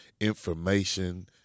information